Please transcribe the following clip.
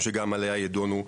שגם עליה ידונו.